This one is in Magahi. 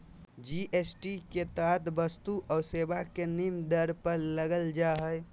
जी.एस.टी के तहत वस्तु और सेवा के निम्न दर पर लगल जा हइ